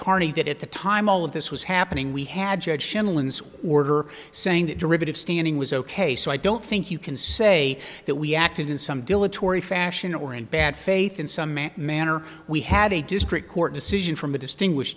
carney that at the time all of this was happening we had order saying that derivative standing was ok so i don't think you can say that we acted in some dilatory fashion or in bad faith in some manner we had a discrete court decision from a distinguish